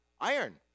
iron